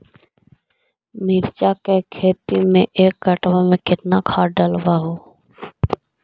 मिरचा के खेती मे एक कटा मे कितना खाद ढालबय हू?